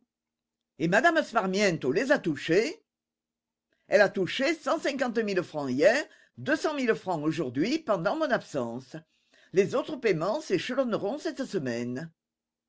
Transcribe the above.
et m me sparmiento les a touchés elle a touché cent cinquante mille francs hier deux cent mille francs aujourd'hui pendant mon absence les autres paiements s'échelonneront cette semaine